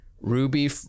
Ruby